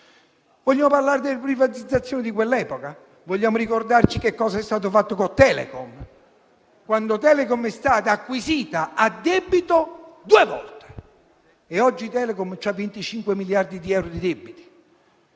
Vogliamo parlare delle privatizzazioni di quell'epoca? Vogliamo ricordarci che cosa è stato fatto con Telecom, quando Telecom è stata acquisita a debito due volte? Oggi Telecom ha 25 miliardi di euro di debiti.